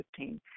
2015